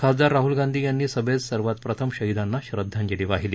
खासदार राहल गांधी यांनी सभेत सर्वात प्रथम शहिदांना श्रद्धांजली वाहिली